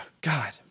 God